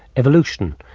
evolution,